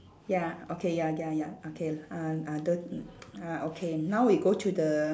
ya okay ya ya ya okay uh uh the ah okay now we go to the